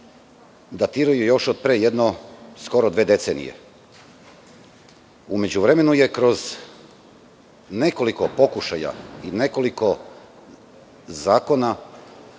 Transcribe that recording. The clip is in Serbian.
datiraju još od pre skoro dve decenije. U međuvremenu se kroz nekoliko pokušaja i nekoliko zakona